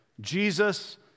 Jesus